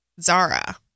Zara